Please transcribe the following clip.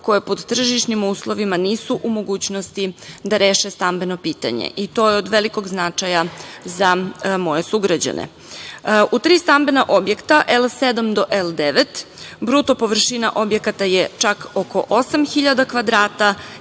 koje po tržišnim uslovima nisu u mogućnosti da reše stambeno pitanje, i to je od velikog značaja za moje sugrađane.U tri stambena objekta, L7 do L9, bruto površina objekata je čak oko 8.000 kvadrata,